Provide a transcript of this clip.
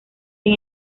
sin